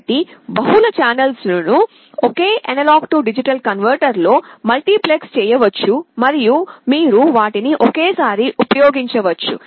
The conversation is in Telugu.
కాబట్టి బహుళ ఛానల్లను ఒకే A D కన్వర్టర్లో మల్టీప్లెక్స్ చేయ వచ్చు మరియు మీరు వాటిని ఒకేసారి ఉపయోగించవచ్చు